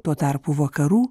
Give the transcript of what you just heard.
tuo tarpu vakarų